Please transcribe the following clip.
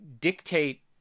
dictate